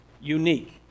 unique